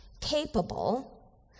capable